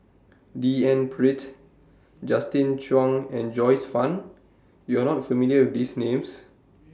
D N Pritt Justin Zhuang and Joyce fan YOU Are not familiar with These Names